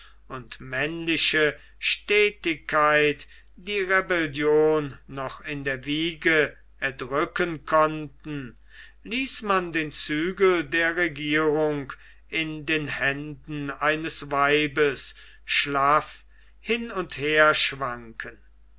und männliche stetigkeit die rebellion noch in der wiege erdrücken konnten ließ man den zügel der regierung in den händen eines weibes schlaff hin und her schwanken